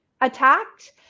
attacked